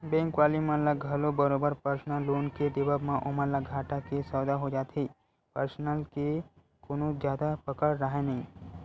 bank वाले मन ल घलो बरोबर परसनल लोन के देवब म ओमन ल घाटा के सौदा हो जाथे परसनल के कोनो जादा पकड़ राहय नइ